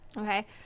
Okay